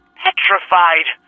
petrified